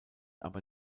aber